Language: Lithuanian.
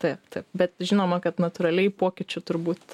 taip taip bet žinoma kad natūraliai pokyčių turbūt